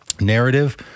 narrative